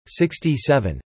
67